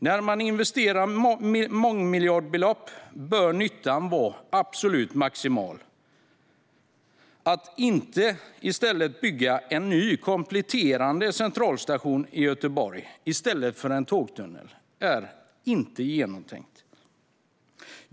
När man investerar mångmiljardbelopp bör nyttan vara absolut maximal. Att inte bygga en ny kompletterande centralstation i Göteborg, i stället för en tågtunnel, är inte genomtänkt.